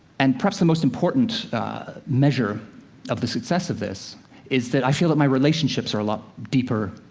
and perhaps, the most important measure of the success of this is that i feel that my relationships are a lot deeper,